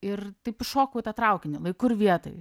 ir taip įšokau į tą traukinį laiku ir vietoj